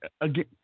again